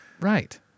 Right